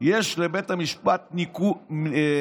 יש לבית המשפט נימוק,